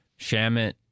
Shamit